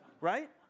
right